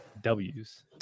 w's